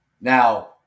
Now